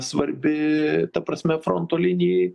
svarbi ta prasme fronto linijai